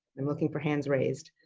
i'm looking for hands raised.